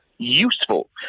Useful